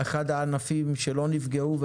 אחד הענפים שלא נפגעו בקורונה,